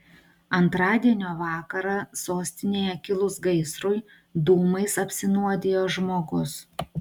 antradienio vakarą sostinėje kilus gaisrui dūmais apsinuodijo žmogus